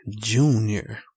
Junior